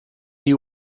you